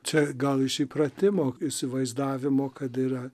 čia gal iš įpratimo įsivaizdavimo kad yra